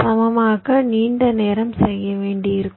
சமமாக்க நீண்ட நேரம் செய்ய வேண்டியிருக்கும்